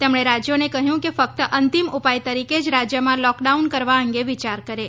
તેમણે રાજ્યોને કહ્યું કે ફક્ત અંતિમ ઉપાય તરીકે જ રાજ્યમાં લોકડાઉન કરવા અંગે વિચાર કરે